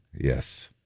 Yes